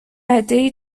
عدهای